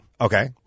Okay